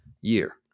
year